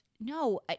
No